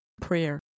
prayer